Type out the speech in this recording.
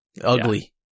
Ugly